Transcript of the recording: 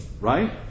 right